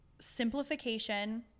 simplification